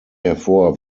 hervor